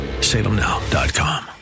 Salemnow.com